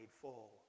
full